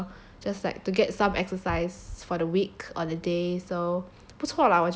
just like to get some exercise for the week or the day so 不错 lah 我觉得